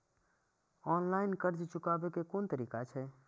Online कर्ज चुकाने के कोन तरीका छै?